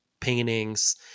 paintings